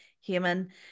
human